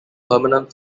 permanent